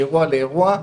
מאירוע לאירוע,